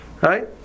right